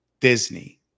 Disney